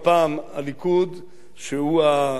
המפלגה הגדולה בישראל,